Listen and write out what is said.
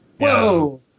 whoa